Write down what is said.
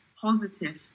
positive